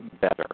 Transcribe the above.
better